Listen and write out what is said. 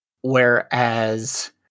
whereas